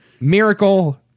Miracle